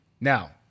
Now